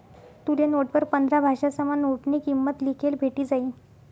तुले नोटवर पंधरा भाषासमा नोटनी किंमत लिखेल भेटी जायी